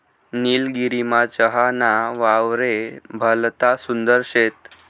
निलगिरीमा चहा ना वावरे भलता सुंदर शेत